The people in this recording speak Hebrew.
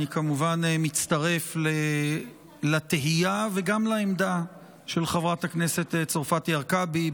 אני כמובן מצטרף לתהייה וגם לעמדה של חברת הכנסת צרפתי הרכבי.